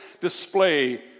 display